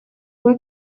uba